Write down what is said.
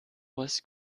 was